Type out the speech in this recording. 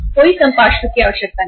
कोई संपार्श्विक की आवश्यकता नहीं है